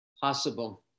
possible